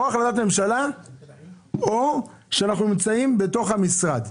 או החלטת ממשלה או שאנחנו נמצאים בתוך המשרד.